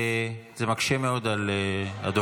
זה מקשה מאוד על הדובר.